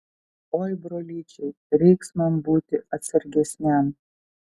oi brolyčiai reiks man būti atsargesniam